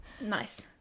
Nice